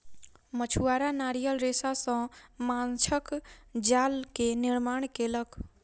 मछुआरा नारियल रेशा सॅ माँछक जाल के निर्माण केलक